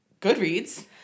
goodreads